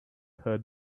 her